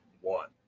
one